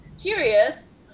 curious